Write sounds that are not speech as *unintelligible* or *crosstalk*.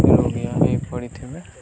*unintelligible* ହୋଇ ପଡ଼ିଥିବେ